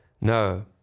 No